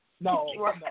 no